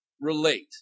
relate